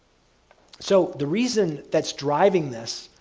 so the reason that's driving this,